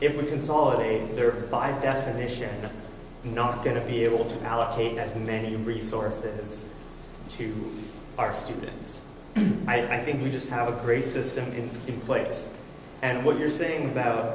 if we consolidate there by definition not going to be able to allocate as many and resources to our students i think we just have a great system in place and what you're saying about